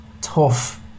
tough